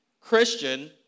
Christian